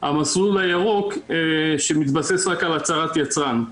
המסלול הירוק, שמתבסס רק על הצהרת יצרן.